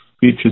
features